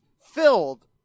filled